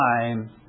time